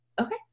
Okay